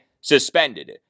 suspended